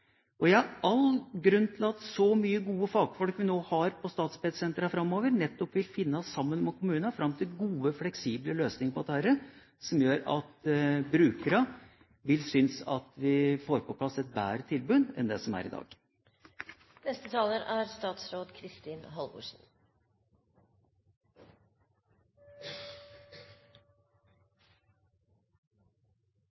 nærskolen. Jeg har all grunn til å tro at de mange gode fagfolk vi har på Statped-sentrene framover, nettopp vil – sammen med kommunene – finne fram til gode, fleksible løsninger på dette, som gjør at brukerne vil synes at vi får på plass et bedre tilbud enn det som er i dag. Først til den omorganiseringen som vi nå står foran. Det er